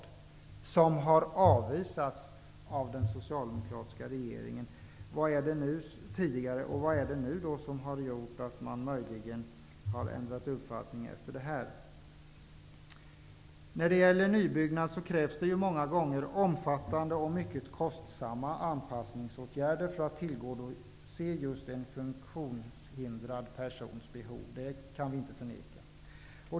De kraven har avvisats av den tidigare socialdemokratiska regeringen. Vad är det som har gjort att Socialdemokraterna nu har ändrat uppfattning? Vid nybyggnation krävs det många gånger omfattande och mycket kostsamma anpassningsåtgärder för att tillgodose en funktionshindrad persons behov. Detta kan vi inte förneka.